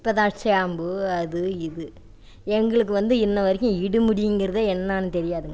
இப்போதான் ஷாம்பு அது இது எங்களுக்கு வந்து இன்றுவரைக்கும் இடு முடிங்கிறதே என்னன்னு தெரியாதுங்க